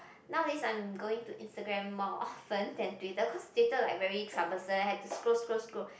nowadays I'm going to Instagram more often than Twitter cause Twitter like very troublesome had to scroll scroll scroll